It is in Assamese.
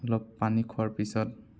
অলপ পানী খোৱাৰ পিছত